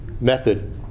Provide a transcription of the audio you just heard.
method